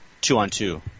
two-on-two